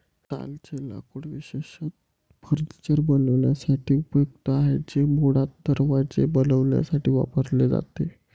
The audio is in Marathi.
सालचे लाकूड विशेषतः फर्निचर बनवण्यासाठी उपयुक्त आहे, ते मुळात दरवाजे बनवण्यासाठी वापरले जाते